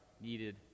needed